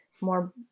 more